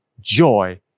joy